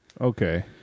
Okay